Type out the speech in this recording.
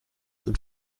und